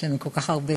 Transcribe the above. יש לנו כל כך הרבה,